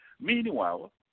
meanwhile